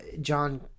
John